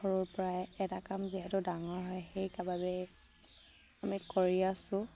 সৰুৰ পৰাই এটা কাম যিহেতু ডাঙৰ হয় সেই আমি কৰি আছোঁ